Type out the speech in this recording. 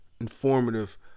Informative